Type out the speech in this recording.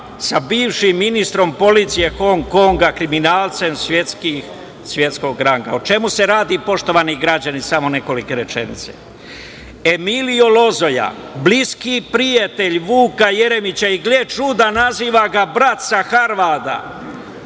sa bivšim ministrom policije Hongkonga, kriminalcem svetskog ranga?O čemu se radi poštovani građani, samo nekolike rečenice. Emilio Lozoja, bliski prijatelj Vuka Jeremića i gle čuda, naziva ga brat sa Harvarda,